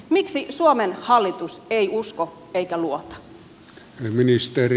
miksi suomen hallitus ei usko eikä luota